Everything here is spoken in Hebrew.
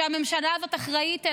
שהממשלה הזאת אחראית להם.